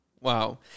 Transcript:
Wow